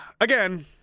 again